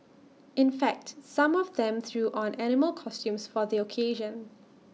in fact some of them threw on animal costumes for the occasion